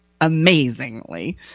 amazingly